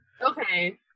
okay